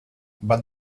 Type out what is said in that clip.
but